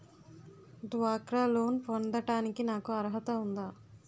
డ్వాక్రా లోన్ పొందటానికి నాకు అర్హత ఉందా?